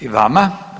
I vama.